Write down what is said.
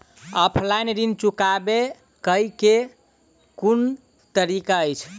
Offline ऋण चुकाबै केँ केँ कुन तरीका अछि?